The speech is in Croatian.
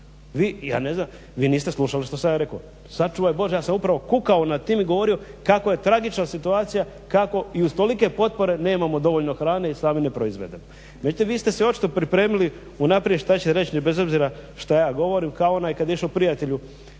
Vi, ja ne znam, vi niste slušali što sam ja reko, sačuvaj Bože ja sam upravo kukao nad tim i govorio kako je tragična situacija, kako i uz tolike potpore nemamo dovoljno hrane i sami ne proizvedemo. Znači vi ste se očito pripremili unaprijed šta ćete reći bez obzira šta ja govorim, kao onaj kad je išao prijatelju